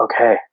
okay